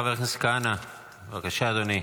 חבר הכנסת כהנא, בבקשה, אדוני.